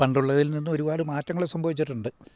പണ്ടുള്ളതിൽ നിന്ന് ഒരുപാട് മാറ്റങ്ങൾ സംഭവിച്ചിട്ടുണ്ട്